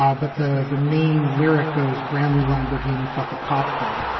um but the the main lyric goes, brand new lamborghini, fuck a cop car.